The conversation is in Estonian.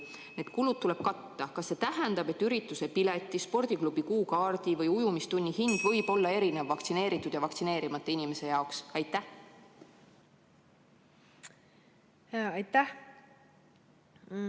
Need kulud tuleb katta. Kas see tähendab, et ürituste pileti, spordiklubi kuukaardi või ujumistunni hind võib olla erinev vaktsineeritud ja vaktsineerimata inimese jaoks? Aitäh, hea